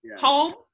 home